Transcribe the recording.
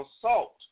assault